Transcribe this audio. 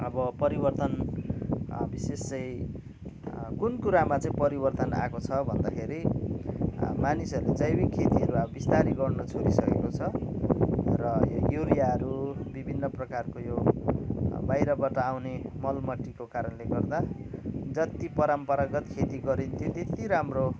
अब परिवर्तन विशेष चाहिँ कुन कुरामा चाहिँ परिवर्तन आएको छ भन्दाखेरि मानिसहरूले जैविक खेतीहरू अब बिस्तारै गर्नु छोडिसकेको छ र यो युरीयाहरू विभिन्न प्रकारको यो बाहिरबाट आउने मलमट्टीको कारणले गर्दा जति परम्परागत खेती गरिन्थ्यो त्यति राम्रो